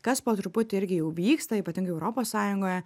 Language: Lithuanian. kas po truputį irgi jau vyksta ypatingai europos sąjungoje